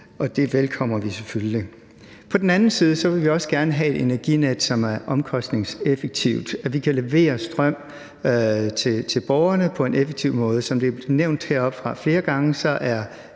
og det velkommer vi selvfølgelig. På den anden side vil vi også gerne have et energinet, som er omkostningseffektivt, og at vi kan levere strøm til borgerne på en effektiv måde. Som det er blevet nævnt heroppefra flere gange, er